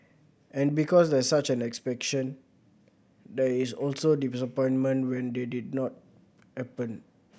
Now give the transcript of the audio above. and because there's such an expectation there is also disappointment when they did not happen